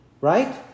right